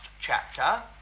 chapter